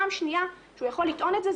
פעם שנייה שהוא יכול לטעון את זה,